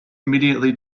immediately